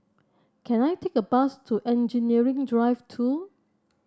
can I take a bus to Engineering Drive Two